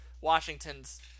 Washington's